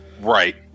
Right